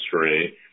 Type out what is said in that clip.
history